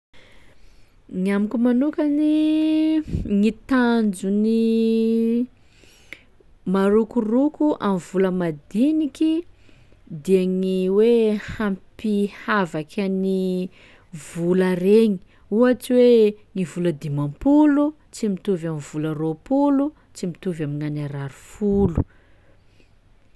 Gny amiko manokany gny tanjon'ny marokoroko amy vola madiniky dia gny hoe hampihavaky an'ny vola regny, ohatsy hoe ny vola dimampolo tsy mitovy amin'ny vola roapolo, tsy mitovy amin'gnan'ariary folo.